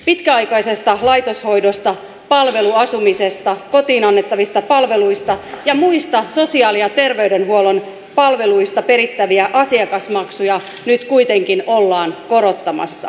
pitkäaikaisesta laitoshoidosta palveluasumisesta kotiin annettavista palveluista ja muista sosiaali ja terveydenhuollon palveluista perittäviä asiakasmaksuja nyt kuitenkin ollaan korottamassa